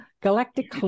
galactic